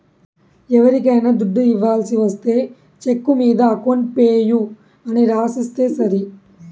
ఎవరికైనా దుడ్డు ఇవ్వాల్సి ఒస్తే చెక్కు మీద అకౌంట్ పేయీ అని రాసిస్తే సరి